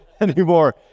anymore